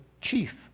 chief